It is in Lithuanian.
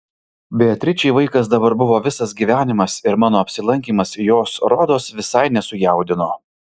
beatričei vaikas dabar buvo visas gyvenimas ir mano apsilankymas jos rodos visai nesujaudino